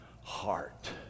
heart